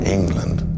England